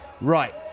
Right